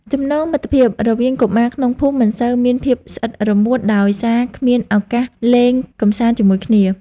ចំណងមិត្តភាពរវាងកុមារក្នុងភូមិមិនសូវមានភាពស្អិតរមួតដោយសារគ្មានឱកាសលេងកម្សាន្តជាមួយគ្នា។